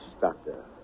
Doctor